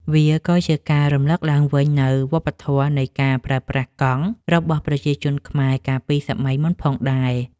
វាក៏ជាការរំលឹកឡើងវិញនូវវប្បធម៌នៃការប្រើប្រាស់កង់របស់ប្រជាជនខ្មែរកាលពីសម័យមុនផងដែរ។